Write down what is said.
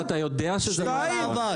עמית, אתה יודע שזה לא נכון.